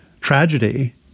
tragedy